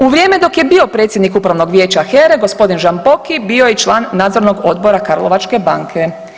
U vrijeme dok je bio predsjednik Upravnog vijeća HERA gospodin Žamboki bio je i član nadzornog odbora Karlovačke banke.